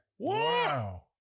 Wow